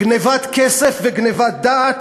גנבת כסף וגנבת דעת,